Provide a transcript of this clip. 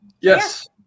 yes